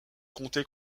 comté